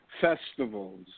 festivals